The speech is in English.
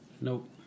nope